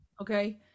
Okay